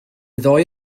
ddau